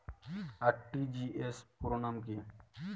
RTGS পুরো নাম কি?